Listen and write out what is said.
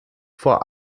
vor